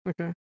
Okay